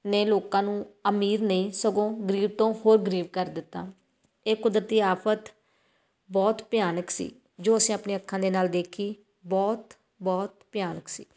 ਨੇ ਲੋਕਾਂ ਨੂੰ ਅਮੀਰ ਨੇ ਸਗੋਂ ਗਰੀਬ ਤੋਂ ਹੋਰ ਗਰੀਬ ਕਰ ਦਿੱਤਾ ਇਹ ਕੁਦਰਤੀ ਆਫ਼ਤ ਬਹੁਤ ਭਿਆਨਕ ਸੀ ਜੋ ਅਸੀਂ ਆਪਣੀ ਅੱਖਾਂ ਦੇ ਨਾਲ ਦੇਖੀ ਬਹੁਤ ਬਹੁਤ ਭਿਆਨਕ ਸੀ